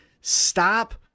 stop